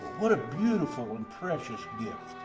what a beautiful and precious gift.